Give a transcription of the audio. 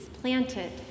planted